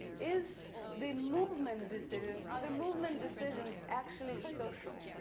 is the movement decision, are the movement decisions actually social